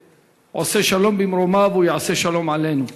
שעושה שלום במרומיו הוא יעשה שלום עלינו,